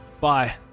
Bye